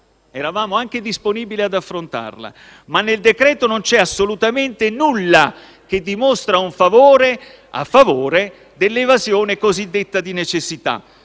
Eravamo anche disponibili ad affrontarla, ma nel decreto-legge non c'è assolutamente nessuna misura che si dimostri a favore dell'evasione cosiddetta di necessità.